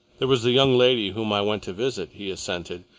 there was the young lady whom i went to visit, he assented.